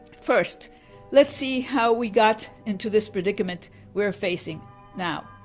first let's see how we got into this predicament we're facing now.